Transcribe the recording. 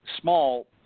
small